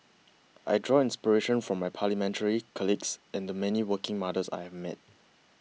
I draw inspiration from my parliamentary colleagues and the many working mothers I have met